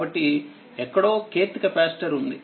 కాబట్టిఎక్కడోkthకెపాసిటర్ ఉంది